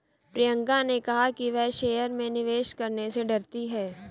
प्रियंका ने कहा कि वह शेयर में निवेश करने से डरती है